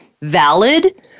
valid